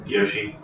Yoshi